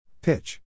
Pitch